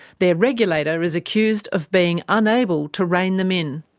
their regulator is accused of being unable to reign them in.